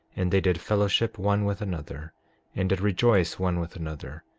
and they did fellowship one with another and did rejoice one with another,